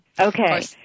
Okay